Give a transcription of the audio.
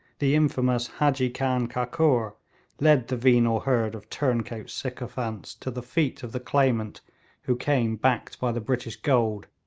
the infamous hadji khan kakur led the venal herd of turncoat sycophants to the feet of the claimant who came backed by the british gold,